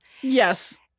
Yes